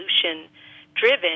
solution-driven